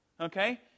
Okay